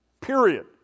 period